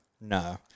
No